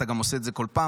אתה גם עושה את זה כל פעם.